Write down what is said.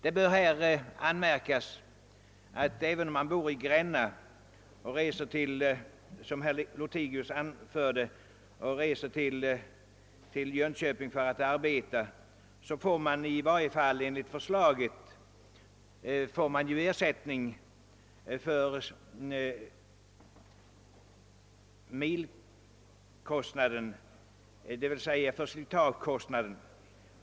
Det bör här anmärkas att även om man bor i Gränna och reser till sitt arbete i Jönköping — för att ta det exempel som herr Lothigius anförde — skall i varje fall enligt förslaget ersättning utgå för milkostnaden, slitagekostnaden således inräknad.